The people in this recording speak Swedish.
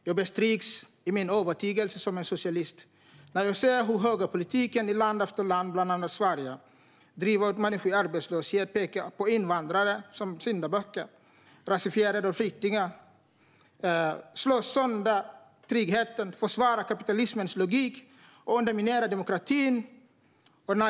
Jag stärks i min övertygelse som socialist när jag ser hur högerpolitiken i land efter land, bland annat Sverige, driver ut människor i arbetslöshet, pekar på invandrare, rasifierade och flyktingar som syndabockar, slår sönder tryggheten, försvarar kapitalismens logik och underminerar demokratin.